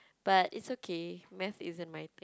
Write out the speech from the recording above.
but it's okay math isn't my